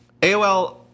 AOL